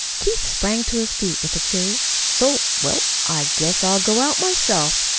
keith sprang to his feet with a cheery so? well, i guess i'll go out myself.